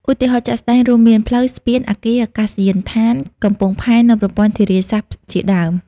ឧទាហរណ៍ជាក់ស្ដែងរួមមាន ផ្លូវ ស្ពាន អគារ អាកាសយានដ្ឋាន កំពង់ផែ និងប្រព័ន្ធធារាសាស្ត្រ ជាដើម។